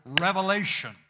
revelation